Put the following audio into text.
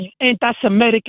anti-Semitic